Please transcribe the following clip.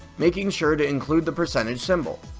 making sure to include the percentage symbol.